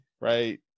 right